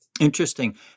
Interesting